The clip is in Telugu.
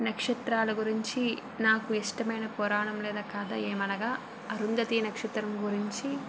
నక్షత్రాల గురించి నాకు ఇష్టమైన పురాణం లేదా కథ ఏమనగా అరుంధతి నక్షత్రం గురించి